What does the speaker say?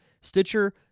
Stitcher